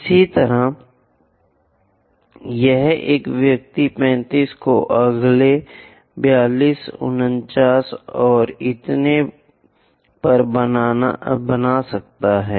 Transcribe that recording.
इसी तरह यहां एक व्यक्ति 35 को अगले 42 49 और इतने पर बना सकता है